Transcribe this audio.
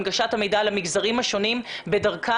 הנגשת המידע למגזרים השונים בדרכם,